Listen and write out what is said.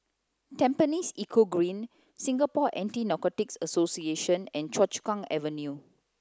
Tampines Eco Green Singapore Anti Narcotics Association and Choa Chu Kang Avenue